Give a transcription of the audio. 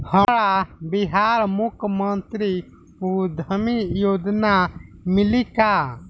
हमरा बिहार मुख्यमंत्री उद्यमी योजना मिली का?